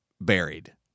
buried